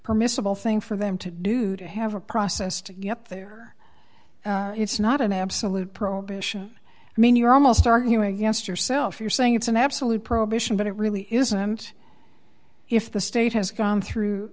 permissible thing for them to do to have a process to get there it's not an absolute prohibition i mean you're almost arguing against yourself you're saying it's an absolute prohibition but it really isn't if the state has gone through